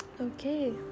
okay